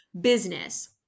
business